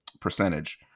percentage